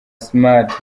smart